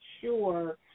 sure